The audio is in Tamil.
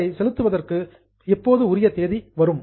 அதை செலுத்துவதற்கு எப்போது உரிய தேதி வரும்